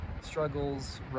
struggles